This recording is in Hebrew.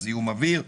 זיהום אוויר,